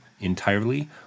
entirely